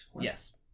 Yes